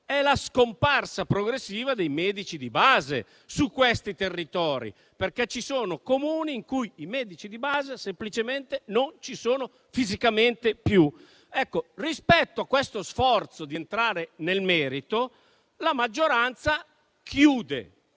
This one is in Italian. la scomparsa progressiva dei medici di base su quei territori. Ci sono infatti Comuni in cui i medici di base semplicemente non ci sono fisicamente più. Ecco, rispetto a questo sforzo di entrare nel merito, omettendo tutti